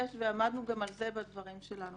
יש ועמדנו גם על זה בדברים שלנו,